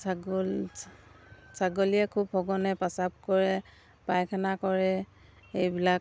ছাগল ছাগলীয়ে খুব সঘনে প্ৰস্ৰাৱ কৰে পায়খানা কৰে এইবিলাক